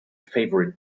favorite